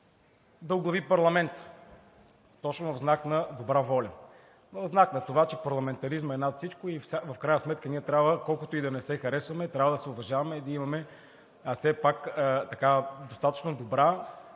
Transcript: да оглави парламента точно в знак на добра воля. В знак на това, че парламентаризмът е над всичко, в крайна сметка ние трябва, колкото и да не се харесваме, да се уважаваме и да имаме все пак достатъчно добра